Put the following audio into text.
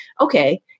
okay